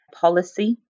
policy